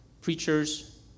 preachers